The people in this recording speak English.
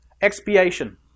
Expiation